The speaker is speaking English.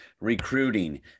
recruiting